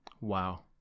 Wow